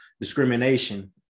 discrimination